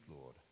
Lord